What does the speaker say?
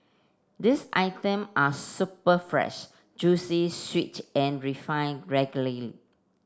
these item are superb fresh juicy sweet and refined regularly